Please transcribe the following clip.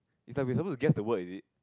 is like we suppose to guess the word is it